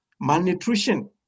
Malnutrition